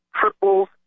triples